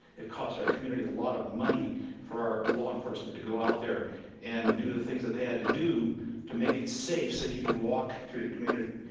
it costs our community a lot of money for our law enforcement to go out there and do the things that they had to do to make it safe so that you can walk through the community.